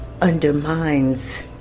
undermines